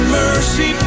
mercy